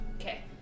Okay